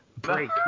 break